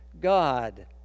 God